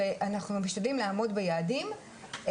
ואנחנו משתדלים לעמוד ביעדים,